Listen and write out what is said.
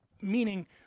meaning